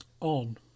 On